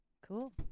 Cool